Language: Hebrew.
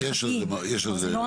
עוד פעם,